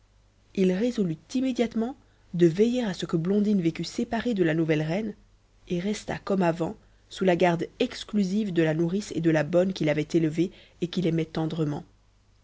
il résolut immédiatement de veiller à ce que blondine vécût séparée de la nouvelle reine et restât comme avant sous la garde exclusive de la nourrice et de la bonne qui l'avaient élevée et qui l'aimaient tendrement